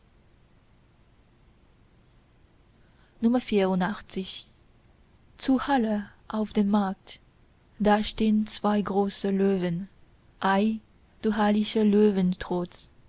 zu halle auf dem markt da stehn zwei große löwen ei du hallischer löwentrotz